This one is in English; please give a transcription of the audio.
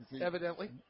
Evidently